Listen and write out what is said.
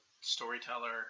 storyteller –